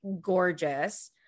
gorgeous